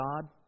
God